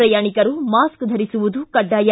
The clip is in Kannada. ಪ್ರಯಾಣಿಕರು ಮಾಸ್ಕ್ ಧರಿಸುವುದು ಕಡ್ಡಾಯ